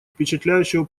впечатляющего